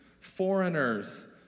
foreigners